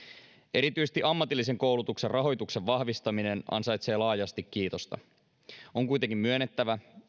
erityisesti ammatillisen koulutuksen rahoituksen vahvistaminen ansaitsee laajasti kiitosta on kuitenkin myönnettävä